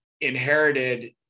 inherited